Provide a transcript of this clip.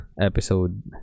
episode